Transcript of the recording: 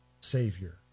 Savior